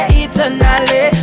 eternally